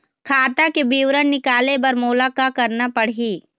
खाता के विवरण निकाले बर मोला का करना पड़ही?